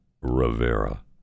Rivera